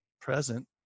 present